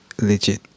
legit